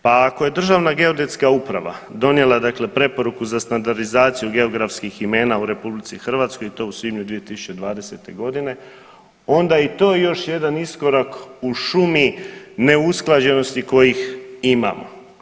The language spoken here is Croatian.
Pa ako je Državna geodetska uprava donijela dakle preporuku za standardizaciju geografskih imena u RH, to u svibnju 2020. g., onda i to još jedan iskorak u šumu neusklađenosti kojih imamo.